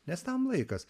nes tam laikas